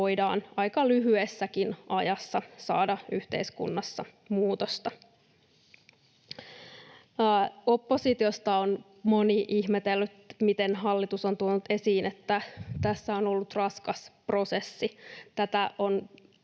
voidaan aika lyhyessäkin ajassa saada yhteiskunnassa muutosta. Oppositiosta on moni ihmetellyt, miten hallitus on tuonut esiin, että tässä on ollut raskas prosessi.